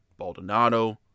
Baldonado